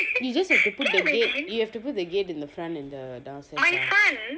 you just have to put the gate you have to put the gate in the front and the downstairs